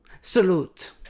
salute